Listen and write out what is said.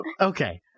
Okay